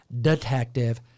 Detective